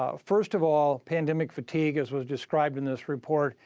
ah first of all, pandemic fatigue, as was described in this report,